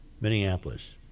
Minneapolis